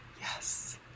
Yes